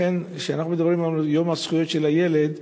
לכן, כשאנחנו מדברים על יום זכויות הילד,